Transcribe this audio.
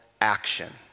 action